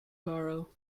borrow